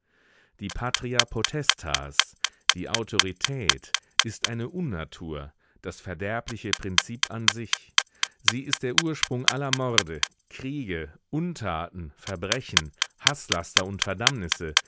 die patria potestas die autorität ist eine unnatur das verderbliche prinzip an sich sie ist der ursprung aller morde kriege untaten verbrechen haßlaster und verdammnisse